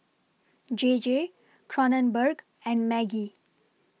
J J Kronenbourg and Maggi